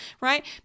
right